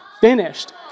finished